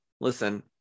listen